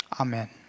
Amen